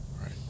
Right